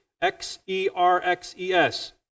X-E-R-X-E-S